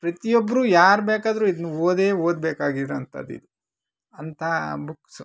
ಪ್ರತಿಯೊಬ್ಬರೂ ಯಾರು ಬೇಕಾದರೂ ಇದ್ನ ಓದೇ ಓದಬೇಕಾಗಿರೊ ಅಂಥದ್ದಿದು ಅಂತಹ ಬುಕ್ಸು